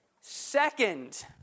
Second